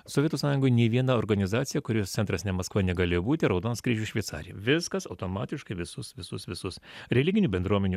sovietų sąjungoj nė viena organizacija kurios centras ne maskva negalėjo būti raudonas kryžius šveicarija viskas automatiškai visus visus visus religinių bendruomenių